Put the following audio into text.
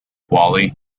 wally